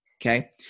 Okay